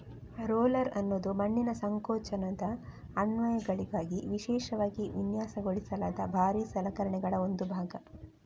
roller ಅನ್ನುದು ಮಣ್ಣಿನ ಸಂಕೋಚನದ ಅನ್ವಯಗಳಿಗಾಗಿ ವಿಶೇಷವಾಗಿ ವಿನ್ಯಾಸಗೊಳಿಸಲಾದ ಭಾರೀ ಸಲಕರಣೆಗಳ ಒಂದು ಭಾಗ